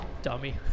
dummy